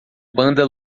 banda